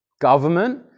government